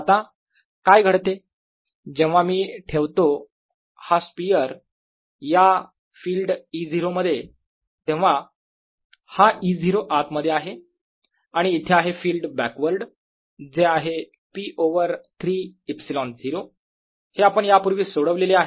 तर आता काय घडते जेव्हा मी ठेवतो हा स्पियर या फील्ड E0 मध्ये तेव्हा हा E0 आत मध्ये आहे आणि इथे आहे फिल्ड बॅकवर्ड जे आहे P ओवर 3 ε0 हे आपण यापूर्वी सोडवलेले आहे